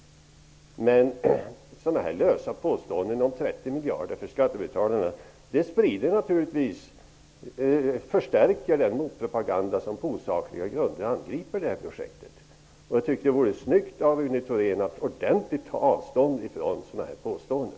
Men lösa påståenden om 30 miljarder i kostnader för skattebetalarna förstärker naturligtvis den motpropaganda som på osakliga grunder angriper detta projket. Det vore snyggt av Rune Thorén att ordentligt ta avstånd från sådana påståenden.